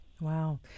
Wow